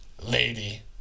lady